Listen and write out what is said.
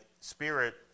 spirit